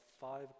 five